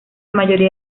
mayoría